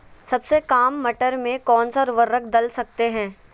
सबसे काम मटर में कौन सा ऊर्वरक दल सकते हैं?